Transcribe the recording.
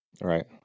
Right